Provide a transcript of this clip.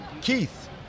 Keith